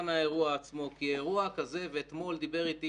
האירוע עצמו כי אירוע כזה ואתמול דיבר איתי